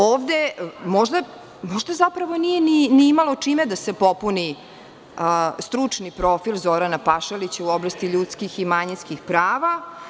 Ovde možda zapravo nije ni imao čime da se popuni stručni profil Zorana Pašalića u oblasti ljudskih i manjinskih prava.